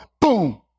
boom